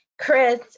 Chris